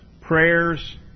prayers